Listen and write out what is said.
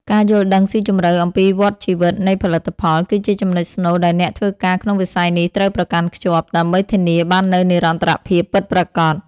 ការយល់ដឹងស៊ីជម្រៅអំពីវដ្ដជីវិតនៃផលិតផល គឺជាចំណុចស្នូលដែលអ្នកធ្វើការក្នុងវិស័យនេះត្រូវប្រកាន់ខ្ជាប់ ដើម្បីធានាបាននូវនិរន្តរភាពពិតប្រាកដ។